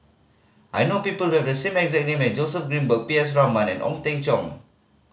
I know people who have the same exact name as Joseph Grimberg P S Raman and Ong Teng Cheong